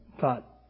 thought